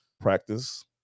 practice